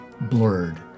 blurred